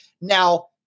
now